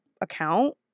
account